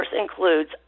includes